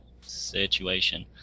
situation